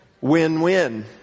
Win-win